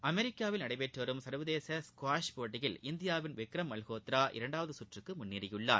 அமெிக்காவில் நடைபெற்றுவரும் சள்வதேச ஸ்குவாஷ் போட்டியில் இந்தியாவின் விக்ரம் மல்கோத்ரா இரண்டாவது சுற்றுக்கு முன்னேறியுள்ளார்